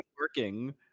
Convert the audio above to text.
working